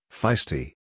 feisty